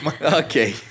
Okay